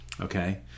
Okay